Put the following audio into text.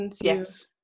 Yes